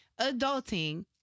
Adulting